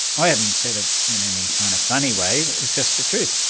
i hadn't said it in any kind of funny way, it's just the truth.